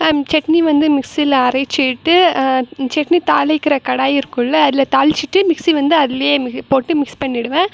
சட்னி வந்து மிக்சியில அரைச்சுட்டு சட்னி தாளிக்கிற கடாய் இருக்குதுல்ல அதில் தாளிச்சுட்டு மிக்சி வந்து அதிலையே மி போட்டு மிக்ஸ் பண்ணிவிடுவேன்